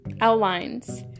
outlines